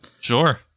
Sure